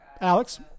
Alex